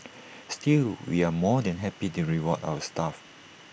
still we are more than happy to reward our staff